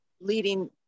leading